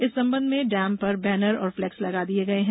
इस संबंध में डेम पर बेनर और फ्लेक्स लगा दिए गए हैं